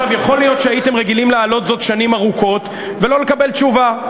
יכול להיות שהייתם רגילים להעלות זאת שנים ארוכות ולא לקבל תשובה,